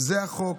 זה החוק,